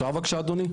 אפשר בבקשה אדוני?